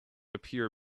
appear